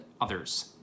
others